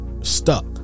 stuck